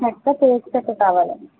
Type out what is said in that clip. చెక్క టేకు చెక్క కావాలండి